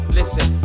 listen